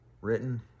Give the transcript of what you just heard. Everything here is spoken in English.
Written